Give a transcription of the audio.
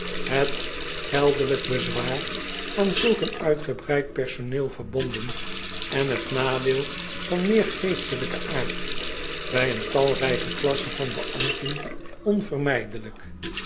het geldelijk bezwaar aan zulk een uitgebreid personeel verbonden en het nadeel van meer geestelijken aard bij een talrijke klasse van beambten onvermijdelijk